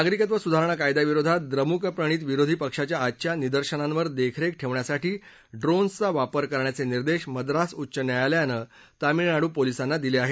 नागरिकत्व सुधारणा कायद्याविरोधात द्रमुक प्रणित विरोधी पक्षाच्या आजच्या निदर्शनांवर देखरेख ठेवण्यासाठी ड्रोन्सचा वापर करण्याचे निर्देश मद्रास उच्च न्यायालयाने तामिळनाडू पोलिसांना दिले आहेत